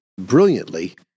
brilliantly